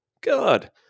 God